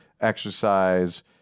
exercise